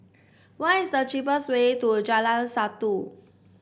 what is the cheapest way to Jalan Satu